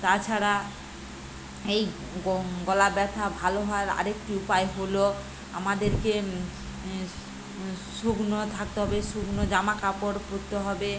তাছাড়া এই গরম গলা ব্যথা ভালো হওয়ার আর একটি উপায় হলো আমাদেরকে শুকনো থাকতে হবে শুকনো জামাকাপড় পড়তে হবে